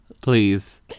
please